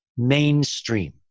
mainstream